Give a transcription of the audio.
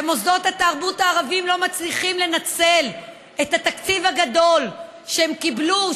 ומוסדות התרבות הערביים לא מצליחים לנצל את התקציב הגדול שהם קיבלו,